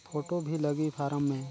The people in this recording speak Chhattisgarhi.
फ़ोटो भी लगी फारम मे?